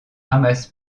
ramasse